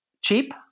cheap